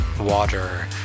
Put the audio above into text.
water